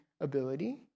ability